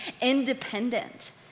independent